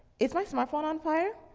is my smartphone on fire?